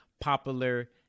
popular